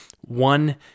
One